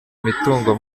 imitungo